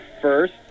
first